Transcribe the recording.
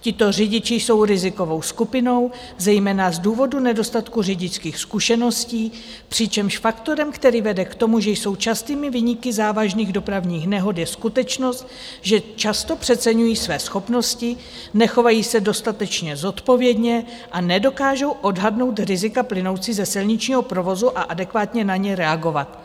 Tito řidiči jsou rizikovou skupinou zejména z důvodu nedostatku řidičských zkušeností, přičemž faktorem, který vede k tomu, že jsou častými viníky závažných dopravních nehod, je skutečnost, že často přeceňují své schopnosti, nechovají se dostatečně zodpovědně a nedokážou odhadnout rizika plynoucí ze silničního provozu a adekvátně na ně reagovat.